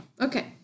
Okay